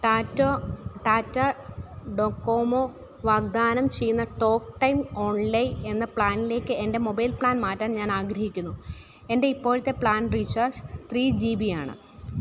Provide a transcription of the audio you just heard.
ടാറ്റോ Tata Docomo വാഗ്ദാനം ചെയ്യുന്ന talk time online എന്ന പ്ലാനിലേക്ക് എൻ്റെ മൊബൈൽ പ്ലാൻ മാറ്റാൻ ഞാൻ ആഗ്രഹിക്കുന്നു എൻ്റെ ഇപ്പോഴത്തെ പ്ലാൻ റീചാർജ് ത്രീ ജീ ബിയാണ്